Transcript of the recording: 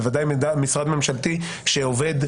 בוודאי משרד ממשלתי שעובד,